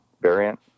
variant